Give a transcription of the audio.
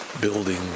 building